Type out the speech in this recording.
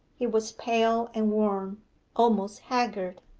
he was pale and worn almost haggard.